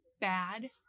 bad